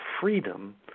freedom